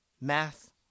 math